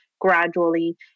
gradually